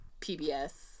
pbs